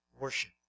worship